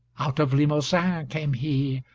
out of limousin came he,